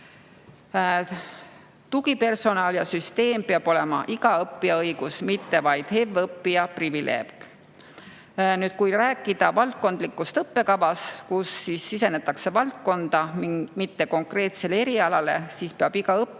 Tugipersonal ja -süsteem peab olema iga õppija õigus, mitte vaid HEV-õppija privileeg. Kui rääkida valdkondlikust õppekavast, mille puhul sisenetakse valdkonda ning mitte konkreetsele erialale, siis peab iga õppija